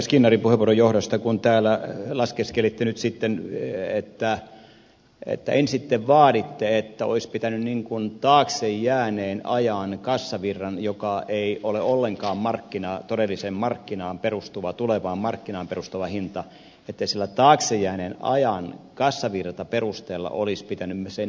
skinnarin puheenvuoron johdosta kun ensin te vaaditte että olisi pitänyt taakse jääneen ajan kassavirran joka ei ole ollenkaan todelliseen tulevaan markkinaan perustuva hinta ettei selän taakse jääneen ajan perusteella sen hinnan määrittyä